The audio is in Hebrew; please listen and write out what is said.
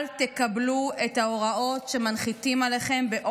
אל תקבלו באופן אוטומטי את ההוראות שמנחיתים עליכם.